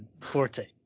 Forte